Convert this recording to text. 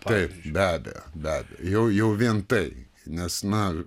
taip be abejo be abejo jau jau vien tai nes na